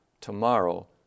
Tomorrow